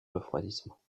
refroidissement